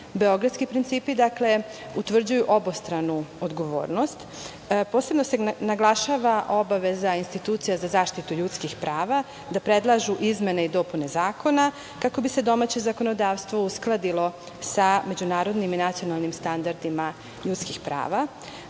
„Beogradski principi“, dakle, utvrđuju obostranu odgovornost. Posebno se naglašava obaveza institucija za zaštitu ljudskih prava da predlažu izmene i dopune zakona, kako bi se domaće zakonodavstvo uskladilo sa međunarodnim i nacionalnim standardima ljudskih prava.